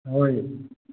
ꯍꯣꯏ